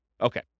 Okay